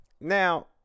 now